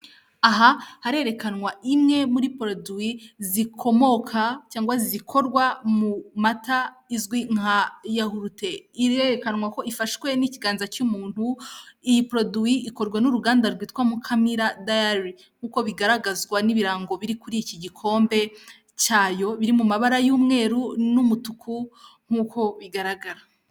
Aha harerekanwa imwe muri poroduwi zikomoka cyangwa zikorwa mu mata izwi nka yahute, irerekanwa ko ifashwe n'ikiganza cy'umuntu. Iyi produwi ikorwa n'uruganda rwitwa Mukamira dairy nk'uko bigaragazwa n'ibirango biri kuri iki gikombe cyayo, biri mu mabara y'umweru n'umutuku nk'uko bigaragara.